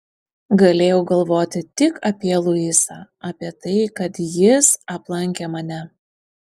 galėjau galvoti tik apie luisą apie tai kad jis aplankė mane